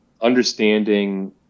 understanding